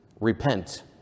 repent